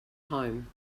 home